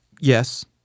Yes